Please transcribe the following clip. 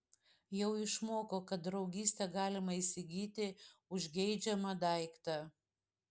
jau išmoko kad draugystę galima įsigyti už geidžiamą daiktą